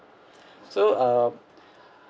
so uh